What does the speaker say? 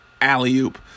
alley-oop